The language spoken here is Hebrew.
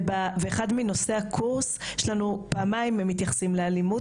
בקורס, מתייחסים לאלימות פעמיים.